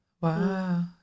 Wow